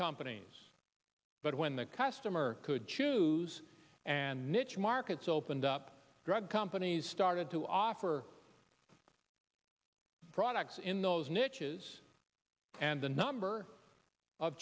companies but when the customer could choose and niche markets opened up drug companies started to offer products in those niches and the number o